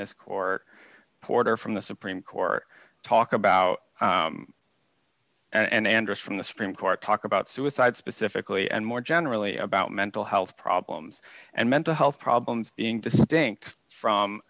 this court porter from the supreme court talk about and endless from the supreme court talk about suicide specifically and more generally about mental health problems and mental health problems being distinct from